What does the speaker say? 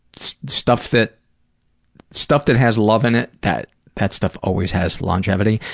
stuff that stuff that has love in it, that that stuff always has longevity,